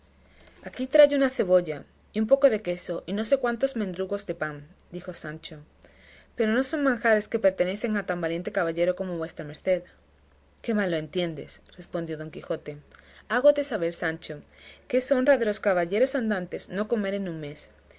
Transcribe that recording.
aquí trayo una cebolla y un poco de queso y no sé cuántos mendrugos de pan dijo sancho pero no son manjares que pertenecen a tan valiente caballero como vuestra merced qué mal lo entiendes respondió don quijote hágote saber sancho que es honra de los caballeros andantes no comer en un mes